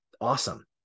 awesome